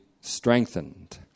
strengthened